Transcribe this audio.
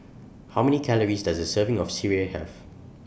How Many Calories Does A Serving of Sireh Have